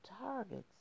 targets